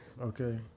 Okay